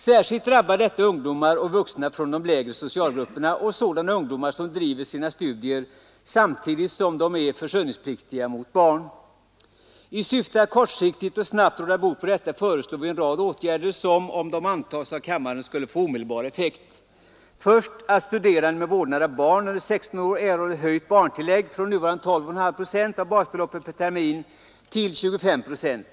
Särskilt drabbar detta ungdomar och vuxna från de lägre socialgrupperna och sådana ungdomar som driver sina studier samtidigt som de är försörjningspliktiga mot barn. I syfte att kortsiktigt och snabbt råda bot på detta föreslår vi en rad åtgärder som, om de antas av kammaren, skulle få omedelbar effekt. Vi föreslår sålunda att studerande med vårdnaden om barn under 16 år erhåller höjt barntillägg från nuvarande 12,5 procent av basbeloppet per termin till 25 procent.